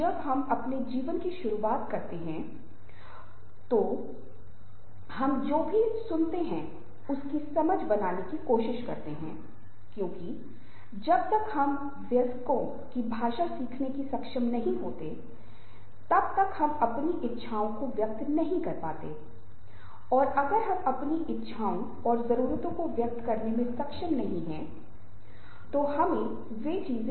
इसलिए मैं शुरुआत में थोड़ी सी बात कर रहा हूं कि हम वास्तव में संचार के बारे में क्या समझते हैं और फिर धीरे धीरे मैं इस विषय पर विचार करूंगा